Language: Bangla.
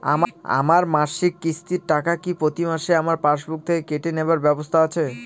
আমার মাসিক কিস্তির টাকা কি প্রতিমাসে আমার পাসবুক থেকে কেটে নেবার ব্যবস্থা আছে?